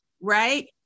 right